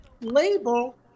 label